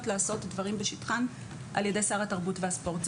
לעשות דברים בשטחן על ידי שר התרבות והספורט.